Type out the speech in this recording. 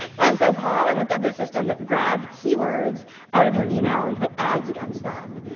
and so paul had hooked up this system that grabbed keywords out of your email and put ads against them.